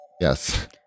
Yes